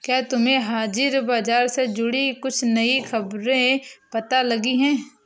क्या तुम्हें हाजिर बाजार से जुड़ी कुछ नई खबरें पता लगी हैं?